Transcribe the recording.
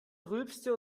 rülpste